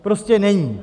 Prostě není.